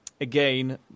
again